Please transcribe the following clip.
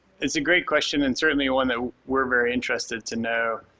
it's a great question and certainly one that we're very interested to know.